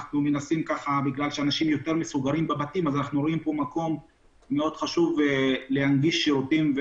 בגלל שאנשים יותר מסוגרים בבתים אז רואים מקום חשוב להנגיש שירותים,